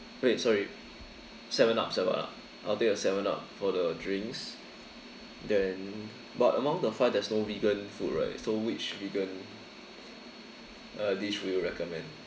wait sorry seven up seven up I'll take a seven up for the drinks then but among the five there's no vegan food right so which vegan uh dish would you recommend